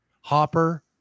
Hopper